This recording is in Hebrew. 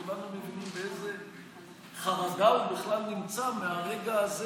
כולנו מבינים באיזו חרדה הוא בכלל נמצא מהרגע הזה